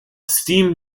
steam